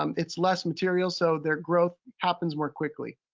um it's less materials. so their growth happens more quickly.